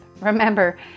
Remember